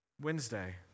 Wednesday